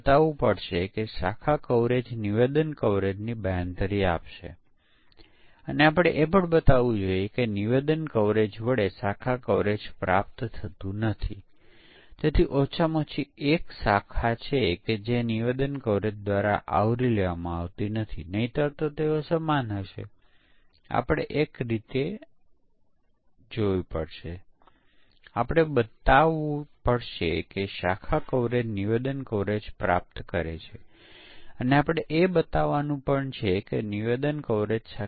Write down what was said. વિચાર એ છે કે પાર્ટીશનિંગ એવું કરવામાં આવે છે કે જેથી આપણે ઇનપુટ ડેટાને સંખ્યાબંધ વર્ગમાં વિભાજીત કરી શકીએ જેથી દરેક વર્ગ માં જ્યારે તમે કોઈપણ વર્ગના મૂલ્યને ધ્યાનમાં લો તો તેનું પરિણામ અને વર્ગના અન્ય કોઈપણ મૂલ્યને ધ્યાનમાં લેતા મળતું પરિણામ સમાન હશે